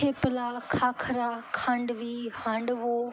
થેપલાં khakhra khandvi handvo